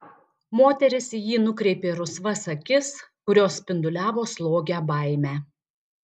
moteris į jį nukreipė rusvas akis kurios spinduliavo slogią baimę